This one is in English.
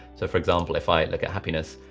so for example, if i look at happiness,